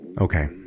Okay